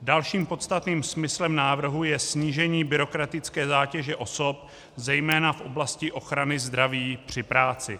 Dalším podstatným smyslem návrhu je snížení byrokratické zátěže osob zejména v oblasti ochrany zdraví při práci.